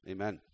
Amen